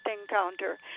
encounter